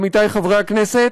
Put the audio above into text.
עמיתי חברי הכנסת,